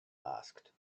asked